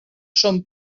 són